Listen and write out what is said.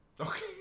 Okay